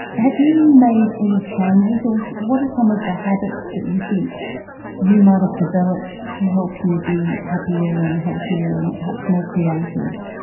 have you made any changes? ah so what are some of the habits that you think you might have developed to help you be happier and healthier and perhaps more creative?